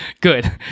Good